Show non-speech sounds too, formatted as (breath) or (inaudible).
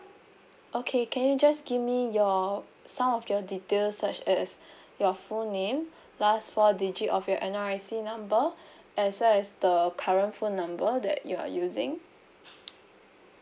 okay can you just give me your some of your details such as (breath) your full name last four digit of your N_R_I_C number as well as the current phone number that you are using